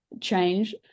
change